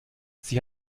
sie